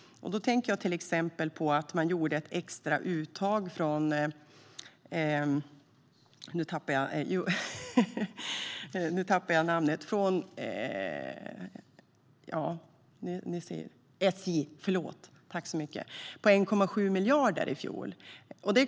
Jag tänker till exempel på att man gjorde ett extra uttag från SJ på 1,7 miljarder i fjol.